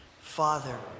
Father